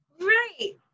Right